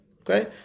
Okay